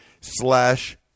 slash